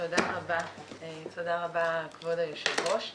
תודה רבה ליושב-ראש הכנסת.